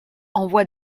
envoie